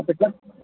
हाँ तऽ